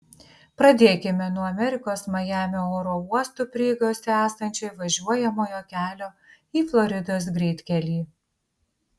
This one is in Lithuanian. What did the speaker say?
pradėkime nuo amerikos majamio oro uostų prieigose esančio įvažiuojamojo kelio į floridos greitkelį